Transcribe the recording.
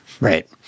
Right